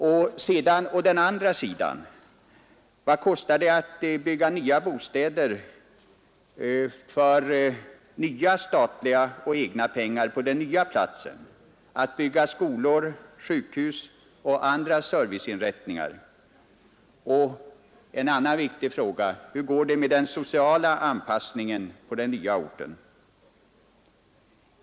Vad kostar det å andra sidan att bygga nya bostäder för nya statliga och egna pengar på den nya platsen, att bygga skolor, sjukhus och andra serviceinrättningar? En annan viktig fråga: Hur går det med den sociala anpassningen på den nya orten?